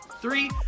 three